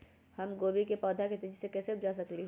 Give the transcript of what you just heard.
हम गोभी के पौधा तेजी से कैसे उपजा सकली ह?